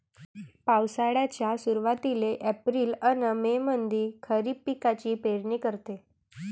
पावसाळ्याच्या सुरुवातीले एप्रिल अन मे मंधी खरीप पिकाची पेरनी करते